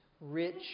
rich